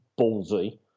ballsy